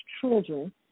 children